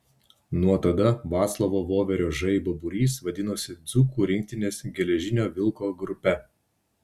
nuo tada vaclovo voverio žaibo būrys vadinosi dzūkų rinktinės geležinio vilko grupe